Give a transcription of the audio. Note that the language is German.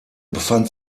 befand